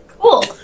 Cool